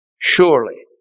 surely